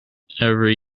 every